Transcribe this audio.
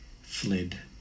fled